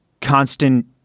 constant